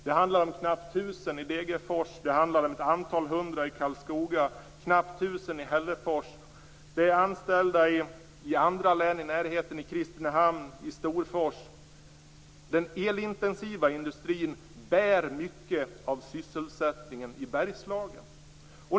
Det handlar om knappt 1 000 i Degerfors, om ett antal hundra i Karlskoga och om knappt 1 000 i Hällefors samt om ett antal anställda i Kristinehamn och i Storfors i angränsande län. Den elintensiva industrin bär upp mycket av sysselsättningen i Bergslagen.